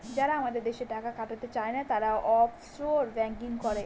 যারা আমাদের দেশে টাকা খাটাতে চায়না, তারা অফশোর ব্যাঙ্কিং করে